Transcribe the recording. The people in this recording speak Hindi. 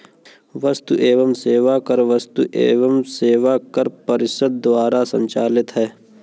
वस्तु एवं सेवा कर वस्तु एवं सेवा कर परिषद द्वारा संचालित है